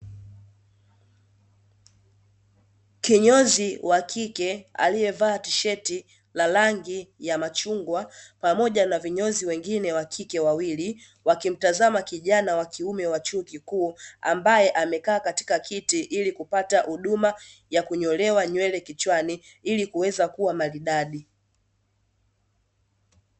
Kinyozi wa kike aliyevaa tisheti la rangi ya machungwa pamoja na vinyozi wengine wa kike wawili, wakimtazama kijana wa kiume wa chuo kikuu ambaye amekaa katika kiti, ili kupata huduma ya kunyolewa nywele kichwani ili kuweza kuwa maridadi.